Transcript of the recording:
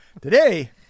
Today